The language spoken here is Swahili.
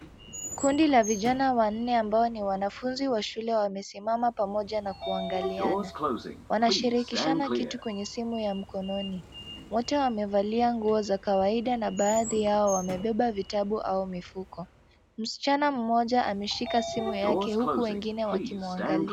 Kundi la vijana wanne ambao ni wanafunzi wa shule wamesimama pamoja na kuangaliana. Wanashirikishana kitu kwenye simu ya mkononi. Wote wamevalia nguo za kawaida na baadhi yao wamebeba vitabu au mifuko. Msichana mmoja ameshika simu yake huku wengine wakimwangalia.